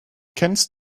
kennst